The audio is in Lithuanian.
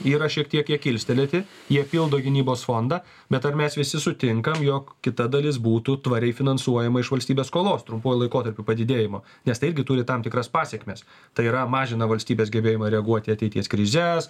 yra šiek tiek kiek kilstelėti jie pildo gynybos fondą bet ar mes visi sutinkam jog kita dalis būtų tvariai finansuojama iš valstybės skolos trumpuoju laikotarpiu padidėjimo nes tai irgi turi tam tikras pasekmes tai yra mažina valstybės gebėjimą reaguoti į ateities krizes